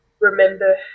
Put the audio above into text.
remember